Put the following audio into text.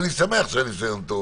ואני שמח שהיה ניסיון טוב,